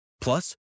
Plus